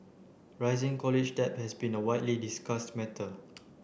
rising college debt has been a widely discussed matter